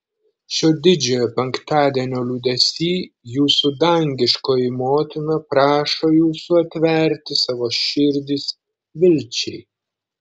šio didžiojo penktadienio liūdesy jūsų dangiškoji motina prašo jūsų atverti savo širdis vilčiai